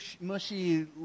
mushy